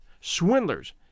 swindlers